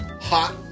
hot